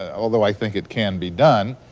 ah although i think it can be done,